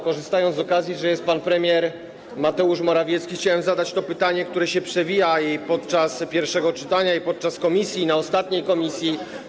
Korzystając z okazji, że jest pan premier Mateusz Morawiecki, chciałem zadać to pytanie, które się przewija i podczas pierwszego czytania, i podczas posiedzeń komisji, na ostatnim posiedzeniu komisji.